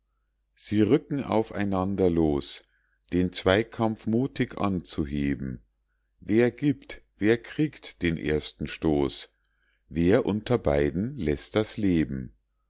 sie rücken auf einander los den zweikampf muthig anzuheben wer gibt wer kriegt den ersten stoß wer unter beiden läßt das leben